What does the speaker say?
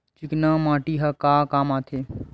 चिकना माटी ह का काम आथे?